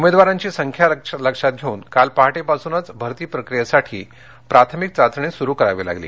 उमेदवारांची संख्या विचारात घेऊन काल पहाटे पासूनच भरती प्रक्रियेसाठी प्राथमिक चाचणी सुरू करावी लागली